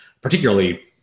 particularly